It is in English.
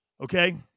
Okay